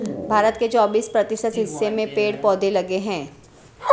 भारत के चौबिस प्रतिशत हिस्से में पेड़ पौधे लगे हैं